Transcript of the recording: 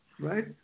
right